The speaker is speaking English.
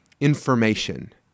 information